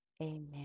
Amen